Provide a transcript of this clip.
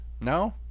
No